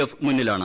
F മുന്നിലാണ്